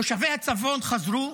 תושבי הצפון חזרו?